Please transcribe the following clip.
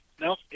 no